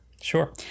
Sure